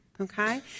Okay